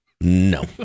no